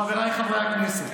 חבריי חברי הכנסת,